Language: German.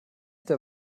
der